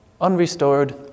unrestored